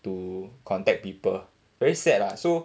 to contact people very sad lah so